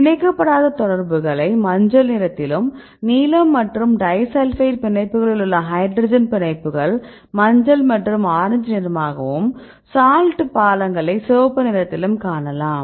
பிணைக்கப்படாத தொடர்புகளை மஞ்சள் நிறத்திலும் நீலம் மற்றும் டைஸல்பைட் பிணைப்புகளில் உள்ள ஹைட்ரஜன் பிணைப்புகள் மஞ்சள் மற்றும் ஆரஞ்சு நிறமாகவும் சால்ட் பாலங்களை சிவப்பு நிறத்திலும் காணலாம்